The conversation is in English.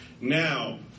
now